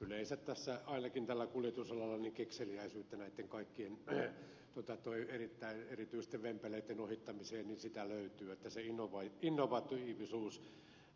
yleensä ainakin tällä kuljetusalalla kekseliäisyyttä näitten kaikkien erityisesti vempeleitten ohittamiseen löytyy että se innovatiivisuus